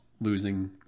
losing